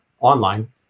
online